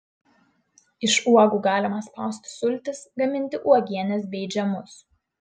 iš uogų galima spausti sultis gaminti uogienes bei džemus